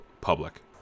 public